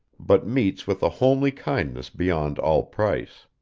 but meets with a homely kindness beyond all price.